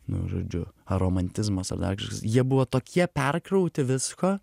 nu žodžiu romantizmas ar dar kažkas jie buvo tokie perkrauti visko